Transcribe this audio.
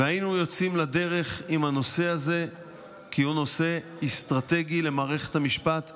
והיינו יוצאים לדרך עם הנושא הזה כי הוא נושא אסטרטגי למערכת המשפט.